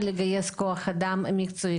ולגייס כוח אדם מקצועי.